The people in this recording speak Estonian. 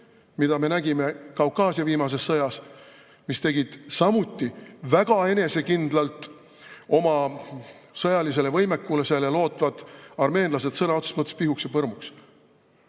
mida me nägime Kaukaasia viimases sõjas, mis tegid samuti väga enesekindlalt oma sõjalisele võimekusele lootvad armeenlased sõna otseses mõttes pihuks ja põrmuks.